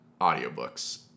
audiobooks